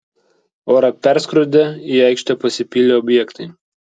orą perskrodė į aikštę pasipylę objektai